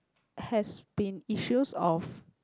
has been issues of